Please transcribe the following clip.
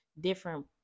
different